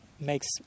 makes